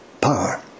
power